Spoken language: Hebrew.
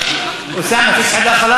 אוסאמה, אין אף אחד?